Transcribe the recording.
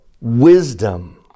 wisdom